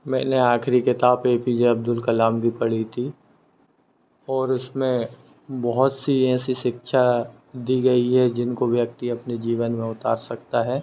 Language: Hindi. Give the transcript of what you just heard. मैंने आख़िरी किताब A P J Abdul Kalam की पढ़ी थी और उसमें बहुत सी ऐसी शिक्षा दी गई है जिनको व्यक्ति अपने जीवन में उतार सकता है